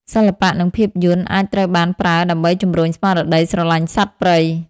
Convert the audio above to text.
សិល្បៈ និងភាពយន្តអាចត្រូវបានប្រើដើម្បីជម្រុញស្មារតីស្រឡាញ់សត្វព្រៃ។